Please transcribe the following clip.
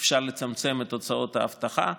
אפשר לצמצם את הוצאות האבטחה.